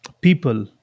people